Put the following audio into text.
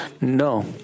No